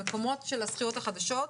המקומות של השכירויות החדשות.